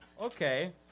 okay